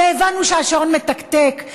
והבנו שהשעון מתקתק,